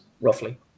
roughly